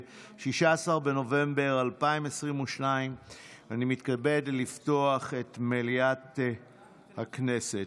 16 בנובמבר 2022. אני מתכבד לפתוח את מליאת הכנסת.